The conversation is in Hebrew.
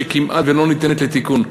שכמעט לא ניתנת לתיקון.